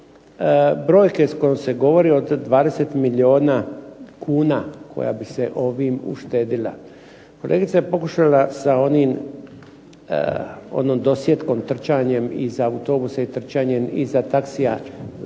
brojke s kojima se govori od 20 milijuna kuna koja bi se ovim uštedila. Kolegica je pokušala sa onom dosjetkom, trčanjem iza autobusa i trčanjem iza taxia